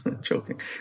Joking